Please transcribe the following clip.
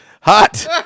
Hot